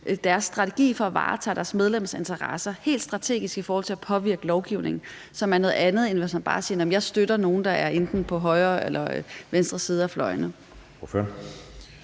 deres strategi for at varetage deres medlemmers interesser i forhold til at påvirke lovgivningen. Og det er noget andet, end hvis man bare siger, at man støtter nogen, der er enten på højre- eller venstrefløjen.